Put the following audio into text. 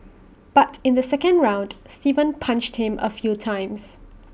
but in the second round Steven punched him A few times